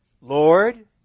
Lord